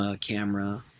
camera